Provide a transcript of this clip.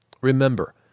Remember